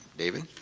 david?